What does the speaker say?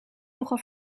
nogal